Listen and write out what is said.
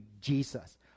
Jesus